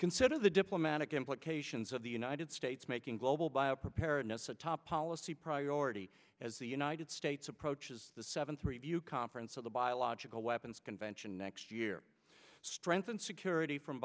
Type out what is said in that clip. consider the diplomatic implications of the united states making global bio preparedness a top policy priority as the united states approaches the seventh review conference of the biological weapons convention next year strengthen security from